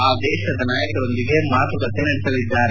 ಆ ದೇಶದ ನಾಯಕರೊಂದಿಗೆ ಮಾತುಕತೆ ನಡೆಸಲಿದ್ದಾರೆ